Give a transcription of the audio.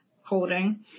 holding